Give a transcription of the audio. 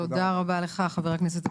תודה רבה לך, חבר הכנסת אבוטבול.